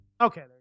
Okay